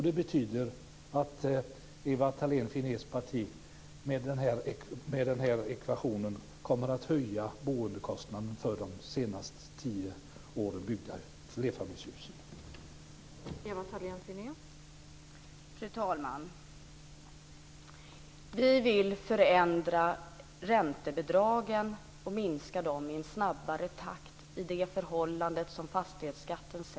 Det betyder att Ewa Thalén Finnés parti med den ekvationen kommer att höja boendekostnaderna i de flerfamiljshus som byggts under de senaste tio åren.